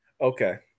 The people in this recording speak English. Okay